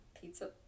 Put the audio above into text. pizza